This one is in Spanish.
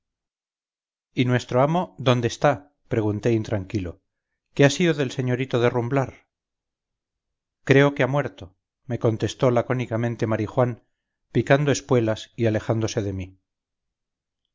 y nuestro amo dónde está pregunté intranquilo qué ha sido del señorito de rumblar creo que ha muerto me contestó lacónicamente marijuán picando espuelas y alejándose de mí